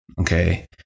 Okay